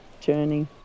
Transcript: journey